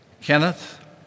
Kenneth